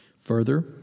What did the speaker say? Further